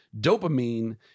Dopamine